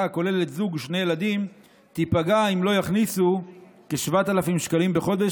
הכוללת זוג ושני ילדים תיפגע אם לא יכניסו כ-7,000 שקלים בחודש,